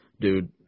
Dude